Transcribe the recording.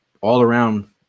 all-around